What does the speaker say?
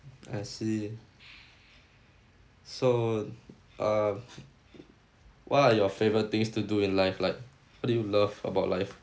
I see so uh what are your favorite things to do in life like what do you love about life